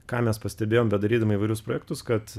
ką mes pastebėjom bedarydami įvairius projektus kad